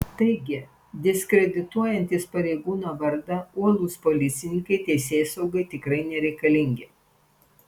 taigi diskredituojantys pareigūno vardą uolūs policininkai teisėsaugai tikrai nereikalingi